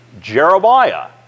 Jeremiah